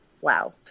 wow